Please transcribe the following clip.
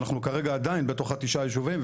אנחנו כרגע עדיין בתוך תשעת הישובים,